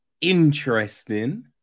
interesting